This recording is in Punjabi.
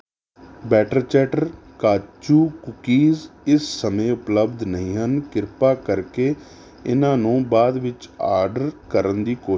ਬੈਟਰ ਚੈਟਰ ਕਾਜੂ ਕੂਕੀਜ਼ ਇਸ ਸਮੇਂ ਉਪਲਬਧ ਨਹੀਂ ਹਨ ਕ੍ਰਿਪਾ ਕਰਕੇ ਇਹਨਾਂ ਨੂੰ ਬਾਅਦ ਵਿੱਚ ਆਰਡਰ ਕਰਨ ਦੀ ਕੋਸ਼ਿਸ਼ ਕਰੋ